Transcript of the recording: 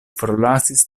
forlasis